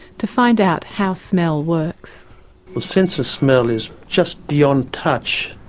to find out how smell works. the sense of smell is just beyond touch,